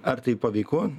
ar tai paveiku